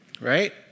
right